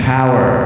Power